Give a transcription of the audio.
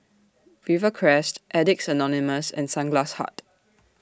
Rivercrest Addicts Anonymous and Sunglass Hut